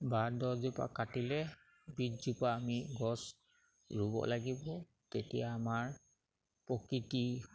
বা দহজোপা কাটিলে বিছজোপা আমি গছ ৰুব লাগিব তেতিয়া আমাৰ প্ৰকৃতি